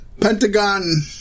Pentagon